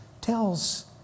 tells